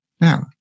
Now